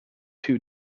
two